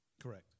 Correct